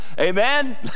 amen